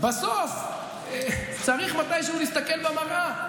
ובסוף צריך מתישהו להסתכל במראה.